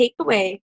takeaway